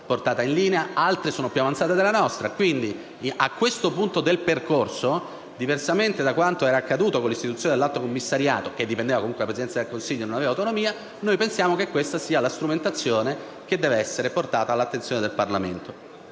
portata in linea, mentre altre realtà sono più avanzate della nostra. Quindi, a questo punto del percorso, diversamente da quanto era accaduto con l'istituzione dell'Alto commissariato, che dipendeva comunque dalla Presidenza del Consiglio e non aveva autonomia, pensiamo che questa sia la strumentazione che deve essere portata all'attenzione del Parlamento.